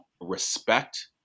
respect